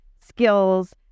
skills